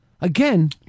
Again